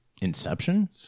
Inception